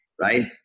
right